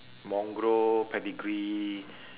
mongrel pedigree